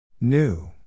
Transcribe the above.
New